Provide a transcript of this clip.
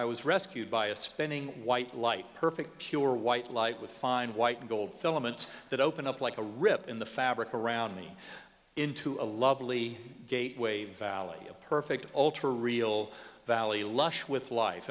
i was rescued by a spinning white light perfect pure white light with fine white and gold filament that opened up like a rip in the fabric around me into a lovely gateway valley a perfect altar real valley lush with life